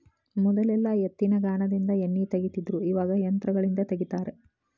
ಮೊದಲೆಲ್ಲಾ ಎತ್ತಿನಗಾನದಿಂದ ಎಣ್ಣಿ ತಗಿತಿದ್ರು ಇವಾಗ ಯಂತ್ರಗಳಿಂದ ತಗಿತಾರ